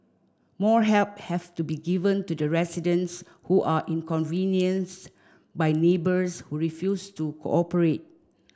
more help have to be given to the residents who are inconvenience by neighbours who refuse to cooperate